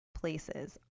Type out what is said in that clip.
places